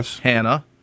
Hannah